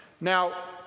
Now